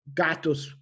gatos